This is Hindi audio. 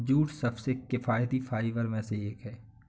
जूट सबसे किफायती फाइबर में से एक है